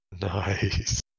nice